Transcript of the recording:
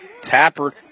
Tapper